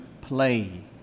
play